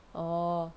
orh